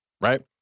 Right